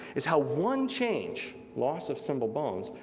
is how one change, loss of simple bones,